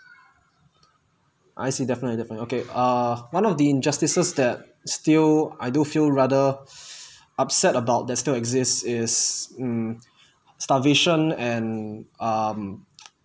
I see definitely different okay ah one of the injustices that still I do feel rather upset about that still exists is mm starvation and um